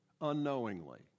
unknowingly